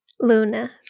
Luna